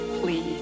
Please